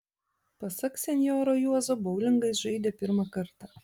pasak senjoro juozo boulingą jis žaidė pirmą kartą